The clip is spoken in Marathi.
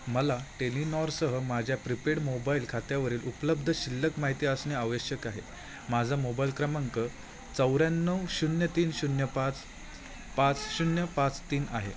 मला टेलिनॉरसह माझ्या प्रिपेड मोबाईल खात्यावरील उपलब्ध शिल्लक माहिती असणे आवश्यक आहे माझा मोबाईल क्रमांक चौऱ्याण्णव शून्य तीन शून्य पाच पाच शून्य पाच तीन आहे